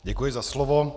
Děkuji za slovo.